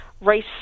race